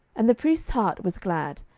and the priest's heart was glad,